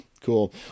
Cool